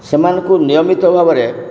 ସେମାନଙ୍କୁ ନିୟମିତ ଭାବରେ